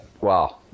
Wow